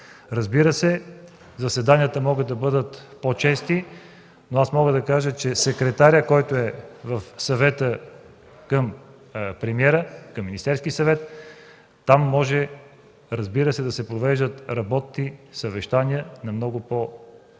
Разбира се, заседанията могат да бъдат по-чести, но аз мога да кажа, че секретарят, който е в съвета към премиера, към Министерския съвет, там може да се провеждат работни съвещания много по-често,